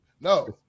no